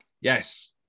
Yes